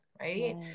Right